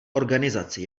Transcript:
organizaci